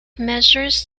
measures